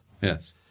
Yes